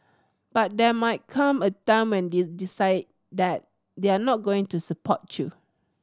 but there might come a time when they decide that they're not going to support you